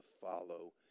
follow